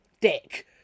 dick